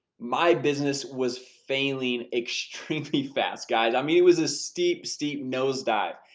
my business was failing extremely fast, guys. i mean, it was a steep, steep nosedive.